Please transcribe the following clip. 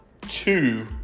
two